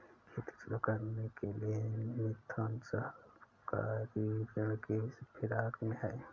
खेती शुरू करने के लिए मिथुन सहकारी ऋण की फिराक में है